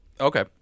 Okay